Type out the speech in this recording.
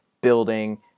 building